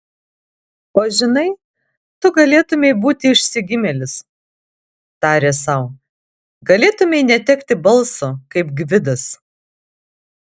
o žinai tu galėtumei būti išsigimėlis tarė sau galėtumei netekti balso kaip gvidas